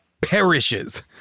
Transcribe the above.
perishes